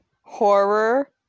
horror